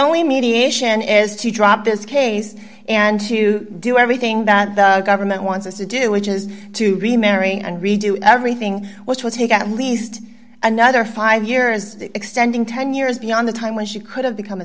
only mediation is to drop this case and to do everything that the government wants us to do which is to remarry and redo everything what was he got least another five years extending ten years beyond the time when she could have become a